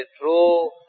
true